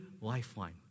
lifeline